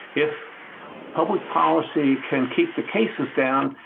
if public policy can keep the cases down,